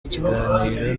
ikiganiro